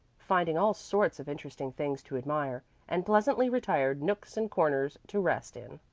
finding all sorts of interesting things to admire, and pleasantly retired nooks and corners to rest in.